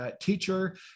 teacher